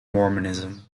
mormonism